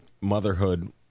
motherhood